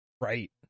Right